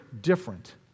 different